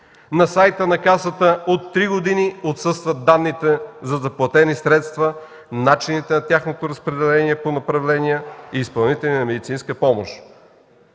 На сайта на Касата от три години отсъстват данните за заплатени средства, начините на тяхното разпределение по направления и изпълнители на медицинска помощ.